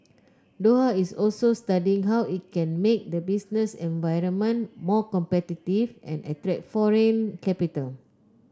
Doha is also studying how it can make the business environment more competitive and attract foreign capital